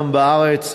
גם בארץ,